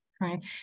Right